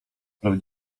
praw